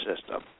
system